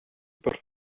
per